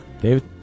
David